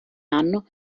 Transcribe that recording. anno